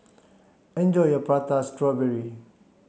enjoy your prata strawberry